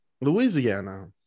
Louisiana